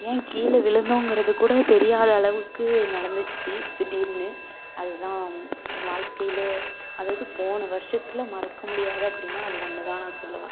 ஏன் கீழே விழுந்தோங்குறது கூட தெரியாத அளவுக்கு நடந்துச்சு திடீர்னு அதுதான் என் வாழ்க்கைல அதாவது போன வருஷத்துல மறக்க முடியாத அப்படின்னா அது ஒன்றுதான் நான் சொல்வேன்